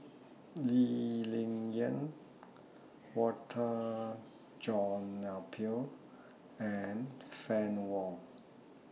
Lee Ling Yen Walter John Napier and Fann Wong